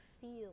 feel